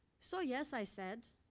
so, yes, i said,